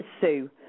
sue